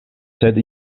sed